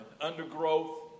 undergrowth